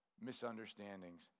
misunderstandings